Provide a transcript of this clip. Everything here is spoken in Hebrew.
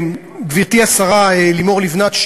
גברתי השרה לימור לבנת,